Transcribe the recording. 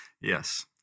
Yes